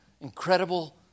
incredible